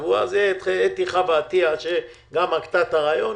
אתי חוה עטיה שגם הגתה את הרעיון,